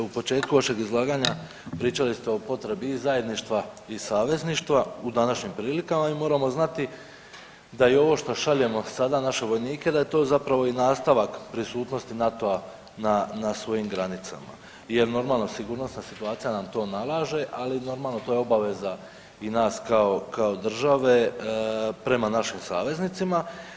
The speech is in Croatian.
U početku vašeg izlaganja pričali ste o potrebi i zajedništva i savezništva u današnjim prilikama i moramo znati da i ovo što šaljemo sada naše vojnike da je to zapravo i nastavak prisutnosti NATO-a na svojim granicama jer normalno sigurnosna situacija nam to nalaže, ali normalno to je obaveza i nas kao države prema našim saveznicima.